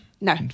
No